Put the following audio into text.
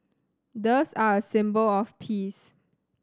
doves are a symbol of peace